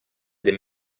des